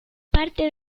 parte